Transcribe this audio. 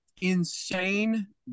insane